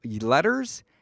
letters